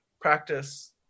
practice